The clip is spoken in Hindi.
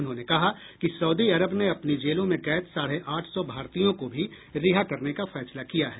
उन्होंने कहा कि सउदी अरब ने अपनी जेलों में कैद साढे आठ सौ भारतीयों को भी रिहा करने का फैसला किया है